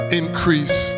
increase